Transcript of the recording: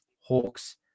Hawks